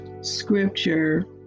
scripture